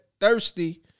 thirsty